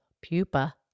pupa